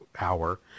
hour